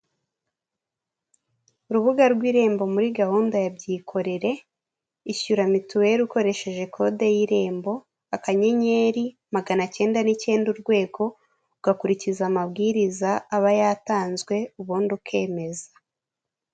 Urubuga rw'irembo muri gahunda ya byikorere, ishyura mituweli ukoresheje kode y'irembo akanyenyeri maganacyenda n'icyenda urwego ugakurikiza amabwiriza aba yatanzwe ubundi ukemeza.